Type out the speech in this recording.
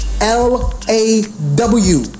L-A-W